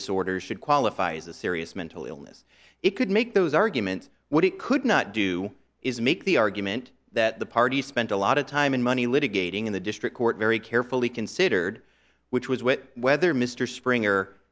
disorder should qualify as a serious mental illness it could make those arguments what it could not do is make the argument that the party spent a lot of time and money litigating in the district court very carefully considered which was what whether mr springer